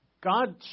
God